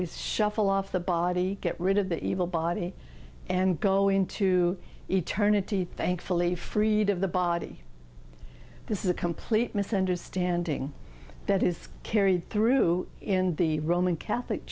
ways shuffle off the body get rid of the evil body and go into eternity thankfully freed of the body this is a complete misunderstanding that is carried through in the roman catholic